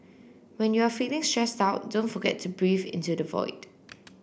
when you are feeling stressed out don't forget to breathe into the void